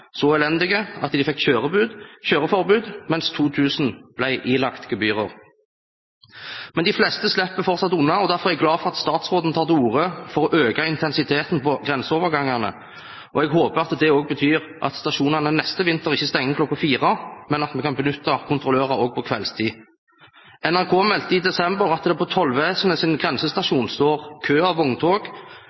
så elendig at de fikk kjøreforbud, mens 2 000 ble ilagt gebyrer. Men de fleste slipper fortsatt unna. Derfor er jeg glad for at statsråden tar til orde for å øke intensiteten på grenseovergangene. Jeg håper at det også betyr at stasjonene neste vinter ikke stenger kl. 16, men at vi kan benytte kontrollører også på kveldstid. NRK meldte i desember at på tollvesenets grensestasjon står det en kø av vogntog